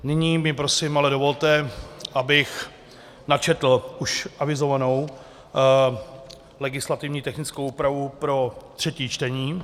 Nyní mi prosím ale dovolte, abych načetl už avizovanou legislativně technickou úpravu pro třetí čtení.